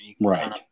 Right